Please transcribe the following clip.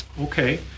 Okay